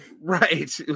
Right